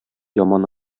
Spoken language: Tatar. яман